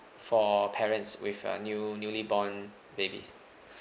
for parents with a new newly born babies